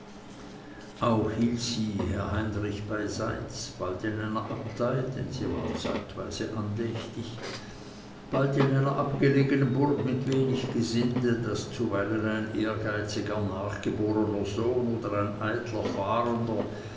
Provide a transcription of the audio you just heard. auch hielt sie herr heinrich beiseits bald in einer abtei denn sie war zeitweise andächtig bald in einer abgelegenen burg mit wenig gesinde das zuweilen ein ehrgeiziger nachgeborener sohn oder ein eitler